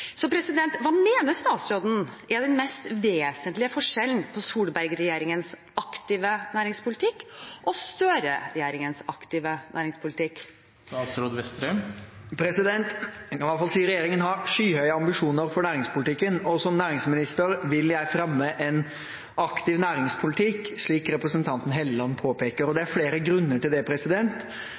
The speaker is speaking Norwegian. statsråden er den mest vesentlige forskjellen på Solberg-regjeringens aktive næringspolitikk og Støre-regjeringens aktive næringspolitikk?» Jeg kan iallfall si at regjeringen har skyhøye ambisjoner for næringspolitikken, og som næringsminister vil jeg fremme en aktiv næringspolitikk, slik representanten Hofstad Helleland påpeker. Det er flere grunner til det.